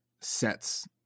sets